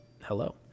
hello